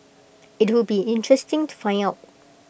IT would be interesting to find out